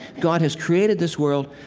god has created this world,